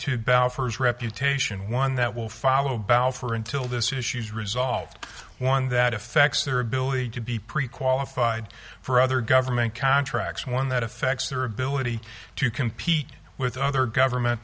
balfour's reputation one that will follow bal for until this issue is resolved one that affects their ability to be pre qualified for other government contracts one that affects their ability to compete with other government